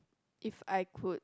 if I could